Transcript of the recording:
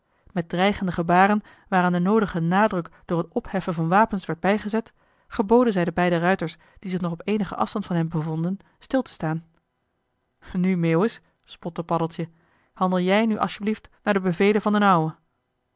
met dreigende gebaren waaraan de noodige nadruk door het opheffen van wapens werd bijgezet geboden zij den beiden ruiters die zich nog op eenigen afstand van hen bevonden stil te staan nu meeuwis spotte paddeltje handel jij nu asjeblieft naar de bevelen van d'n